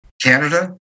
Canada